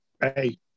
Hey